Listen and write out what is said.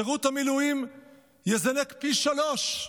שירות המילואים יזנק פי שלושה,